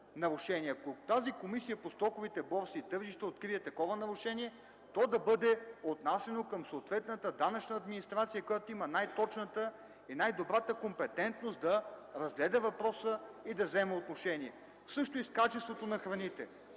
и Комисията по стоковите борси и тържищата го открие, то да бъде отнасяне към съответната данъчна администрация, която има най-точната и най-добрата компетентност да разгледа въпроса и да вземе отношение. Също и с качеството на храните